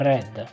Red